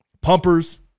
pumpers